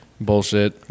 bullshit